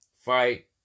fight